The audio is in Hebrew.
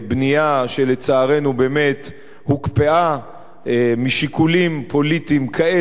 שלצערנו באמת הוקפאה משיקולים פוליטיים כאלו ואחרים.